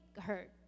hurt